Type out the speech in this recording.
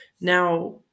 Now